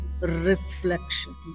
reflection